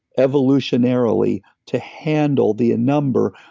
evolutionarily to handle the number,